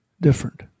different